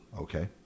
Okay